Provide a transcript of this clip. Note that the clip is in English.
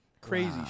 crazy